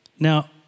Now